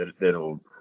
that'll